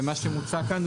ומה שמוצע כאן,